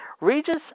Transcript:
Regis